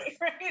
right